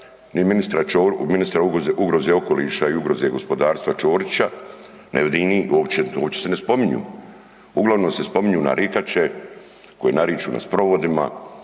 ministra ugroze okoliša i ugroze gospodarstva Ćorića, ne vidim ih, uopće se ne spominju. Uglavnom se spominju narikače koje nariču na sprovodima,